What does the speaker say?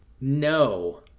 No